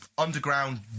underground